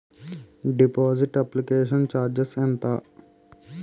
Deposit application charges ఎంత?